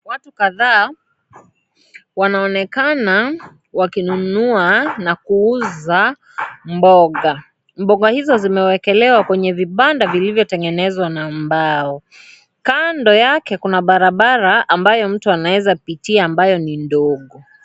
Watu kadhaa wanaonekana wakinunua na kuuza mboga. Mboga hizo zimewekelewa kwenye vibanda vilivyotengenezwa na mbao. Kando yake kuna barabara ambayo mtu anawezapitia ambayo ni ndogo.